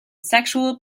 sexual